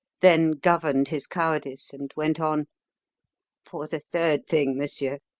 then governed his cowardice and went on for the third thing, monsieur,